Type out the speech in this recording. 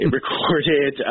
recorded